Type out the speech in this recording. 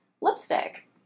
lipstick